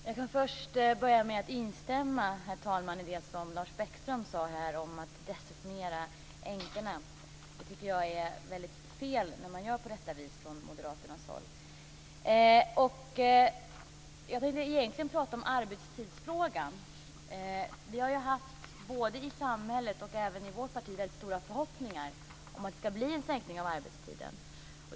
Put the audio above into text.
Herr talman! Jag vill först instämma i det som Lars Bäckström sade om att inte desinformera änkorna. Jag tycker att det är väldigt fel när man gör på detta vis från moderaternas håll. Jag tänkte egentligen prata om arbetstidsfrågan. Vi har ju haft, både i samhället och i vårt parti, väldigt stora förhoppningar om att det ska bli en sänkning av arbetstiden.